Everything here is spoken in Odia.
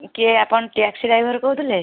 କିଏ ଆପଣ ଟ୍ୟାକ୍ସି ଡ୍ରାଇଭର୍ କହୁଥିଲେ